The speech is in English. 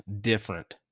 different